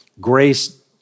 Grace